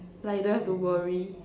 like you don't have to worry